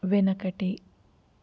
వెనకటి